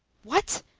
what,